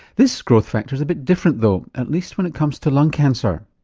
this growth factor's a bit different though, at least when it comes to lung cancer.